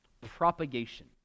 Propagation